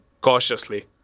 Cautiously